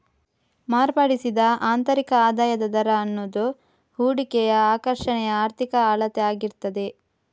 ಮಾರ್ಪಡಿಸಿದ ಆಂತರಿಕ ಆದಾಯದ ದರ ಅನ್ನುದು ಹೂಡಿಕೆಯ ಆಕರ್ಷಣೆಯ ಆರ್ಥಿಕ ಅಳತೆ ಆಗಿರ್ತದೆ